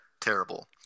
Terrible